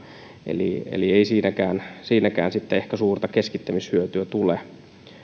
eli eli ei siinäkään sitten ehkä suurta keskittämishyötyä tule olemme